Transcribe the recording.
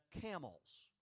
camels